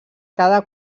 cada